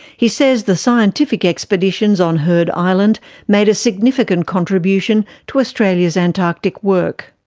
he says the scientific expeditions on heard island made a significant contribution to australia's antarctic work.